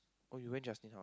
oh you went Justin house